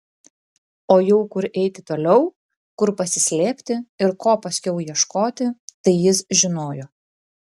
o jau kur eiti toliau kur pasislėpti ir ko paskiau ieškoti tai jis žinojo